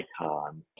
Icon